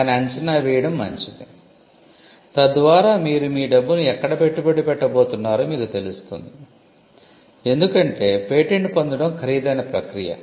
కానీ అంచనా వేయడం మంచిది తద్వారా మీరు మీ డబ్బును ఎక్కడ పెట్టుబడి పెట్టబోతున్నారో మీకు తెలుస్తుంది ఎందుకంటే పేటెంట్ పొందడం ఖరీదైన ప్రక్రియ